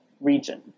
region